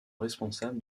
responsables